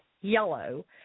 yellow